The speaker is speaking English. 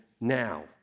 now